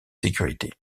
sécurité